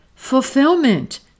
fulfillment